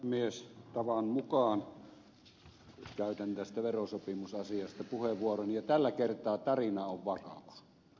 tavan mukaan käytän tästä verosopimusasiasta puheenvuoron ja tällä kertaa tarina on vakava